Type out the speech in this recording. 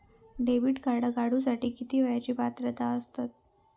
Debit card काढूसाठी किती वयाची पात्रता असतात?